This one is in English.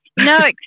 No